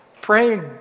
Praying